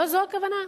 לא זו הכוונה.